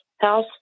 house